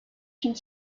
une